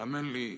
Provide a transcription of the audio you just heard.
האמן לי,